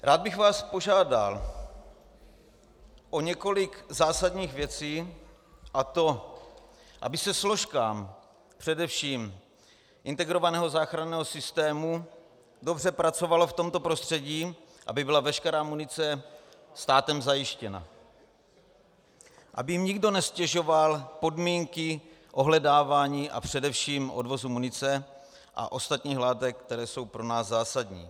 Rád bych vás požádal o několik zásadní věcí, a to aby se složkám především integrovaného záchranného systému dobře pracovalo v tomto prostředí, aby byla veškerá munice státem zajištěna, aby jim nikdo neztěžoval podmínky ohledávání a především odvozu munice a ostatních látek, které jsou pro nás zásadní.